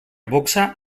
boxa